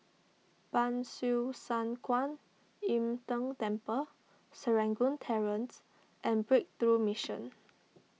Ban Siew San Kuan Im Tng Temple Serangoon Terrace and Breakthrough Mission